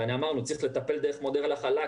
ואמרנו: צריך לטפל דרך מודל החל"ת,